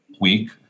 week